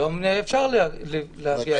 היום אפשר להגיע.